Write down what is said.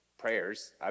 prayers